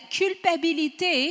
culpabilité